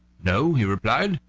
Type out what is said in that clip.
no, he replied,